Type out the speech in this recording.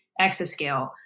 exascale